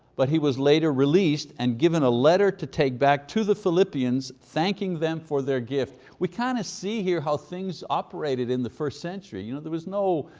but he was later released and given a letter to take back to the philippians, thanking them for their gift. we, kind of, see here how things operated in the first century. you know there was no,